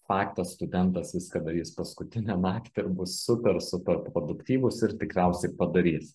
faktas studentas viską darys paskutinę naktį ir bus super super produktyvus ir tikriausiai padarys